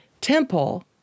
temple